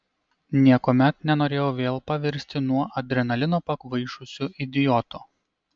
niekuomet nenorėjau vėl pavirsti nuo adrenalino pakvaišusiu idiotu